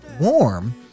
warm